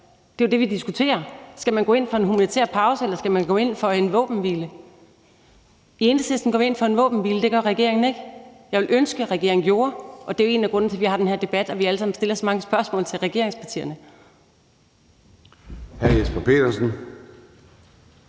Det er det, vi diskuterer. Skal man gå ind for en humanitær pause, eller skal man gå ind for en våbenhvile? I Enhedslisten går vi ind for en våbenhvile, men det gør regeringen ikke. Jeg ville ønske, at regeringen gjorde, og det er en af grundene til, at vi har den her debat, og at vi alle sammen stiller så mange spørgsmål til regeringspartierne.